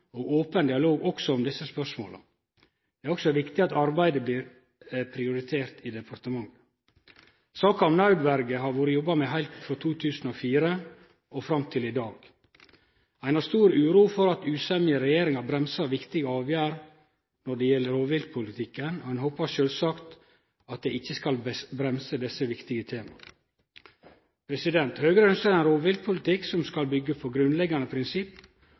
og open dialog òg om desse spørsmåla. Det er òg viktig at arbeidet blir prioritert i departementet. Saka om nødverje har vore jobba med heilt frå 2004 og fram til i dag. Ein har stor uro for at usemje i regjeringa bremsar viktige avgjerder når det gjeld rovviltpolitikken, og ein håpar sjølvsagt at det ikkje skal bremse desse viktige tema. Høgre ønskjer ein rovviltpolitikk som skal byggjast på grunnleggjande prinsipp